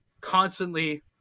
constantly